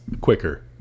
quicker